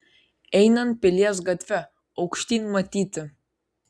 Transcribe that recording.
einant pilies gatve aukštyn matyti